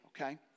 okay